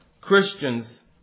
Christians